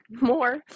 more